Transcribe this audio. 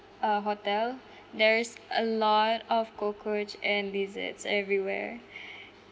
uh hotel there is a lot of cockroach and lizards everywhere